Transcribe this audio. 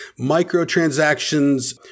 Microtransactions